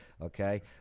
okay